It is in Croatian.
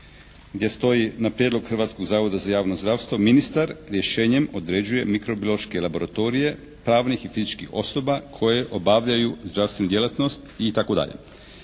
gdje stoji na prijedlog Hrvatskog zavoda za javno zdravstvo ministar rješenjem određuje mikrobiološke laboratorije pravnih i fizičkih osoba koje obavljaju zdravstvenu djelatnost itd.